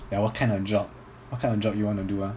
for what kind of job what kind of job you wanna do ah